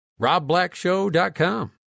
RobBlackShow.com